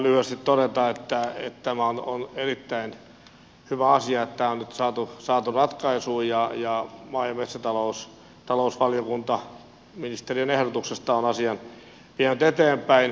haluan vain lyhyesti todeta että on erittäin hyvä asia että tämä on nyt saatu ratkaisuun ja maa ja metsätalousvaliokunta ministerin ehdotuksesta on asian vienyt eteenpäin